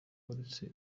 uretse